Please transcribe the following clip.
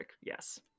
Yes